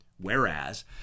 Whereas